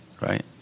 Right